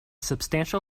substantial